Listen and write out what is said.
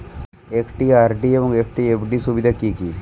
একটি আর.ডি এবং এফ.ডি এর সুবিধা কি কি?